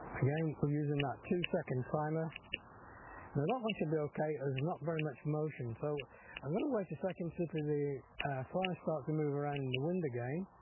again we're using that to second timer now that one should be okay there's not very much motion so i'm gonna wait a second tip of the flower start to move around in the wind again